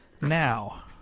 now